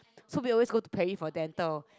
so we always go to Perry for dental